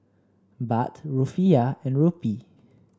Baht Rufiyaa and Rupee